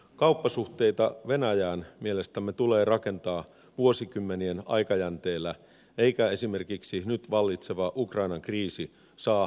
kauppasuhteita venäjään mielestämme tulee rakentaa vuosikymmenien aikajänteellä eikä esimerkiksi nyt vallitseva ukrainan kriisi saa määrittää ratkaisua